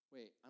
Wait